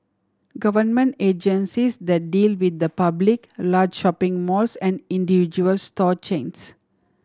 government agencies that deal with the public large shopping malls and individual store chains